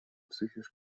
psychisch